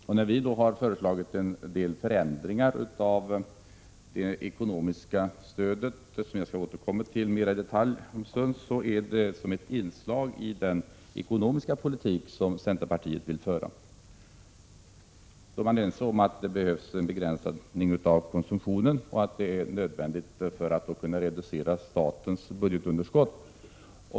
När centerpartiet har föreslagit en del förändringar av det ekonomiska stödet — jag skall återkomma till detta mera i detalj om en stund — är det som ett inslag i den ekonomiska politik vårt parti vill föra. Vi är ense om att det behövs en begränsning av konsumtionen för att kunna reducera statens budgetunderskott.